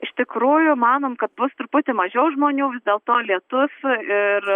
iš tikrųjų manom kad bus truputį mažiau žmonių vis dėlto lietus ir